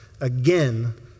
again